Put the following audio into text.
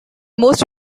most